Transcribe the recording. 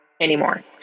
anymore